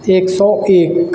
ایک سو ایک